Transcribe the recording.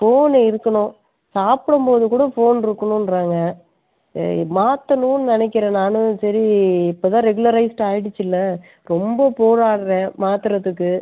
phone இருக்கணும் சாப்புடம் போது கூட ஃபோன் இருக்கணுன்றாங்க மாத்தணுன்னு நினைக்கிறேன் நானும் சரி இப்போ தான் ரெகுலரைஸ்ட் ஆகிடுச்சில ரொம்ப போராடுகிறேன் மாற்றுறத்துக்கு